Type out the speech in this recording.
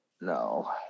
No